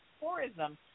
tourism